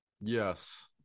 Yes